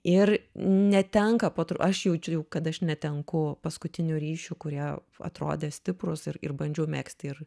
ir netenka po tru aš jaučiu kad aš netenku paskutinių ryšių kurie atrodė stiprus ir ir bandžiau megzti ir